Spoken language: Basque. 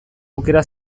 aukera